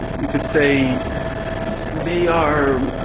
we could say they are,